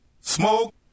Smoke